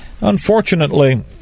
Unfortunately